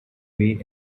way